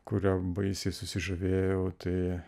kurio baisiai susižavėjau tai